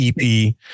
EP